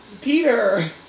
Peter